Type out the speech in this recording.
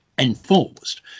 enforced